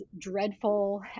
dreadful